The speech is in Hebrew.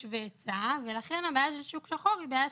והיצע ולכן הבעיה של שוק שחור היא בעיה